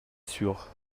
sûr